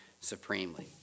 supremely